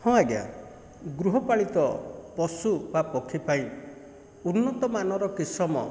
ହଁ ଆଜ୍ଞା ଗୃହପାଳିତ ପଶୁ ବା ପକ୍ଷୀପାଇଁ ଉନ୍ନତମାନର କିସମ